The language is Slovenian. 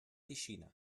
tišina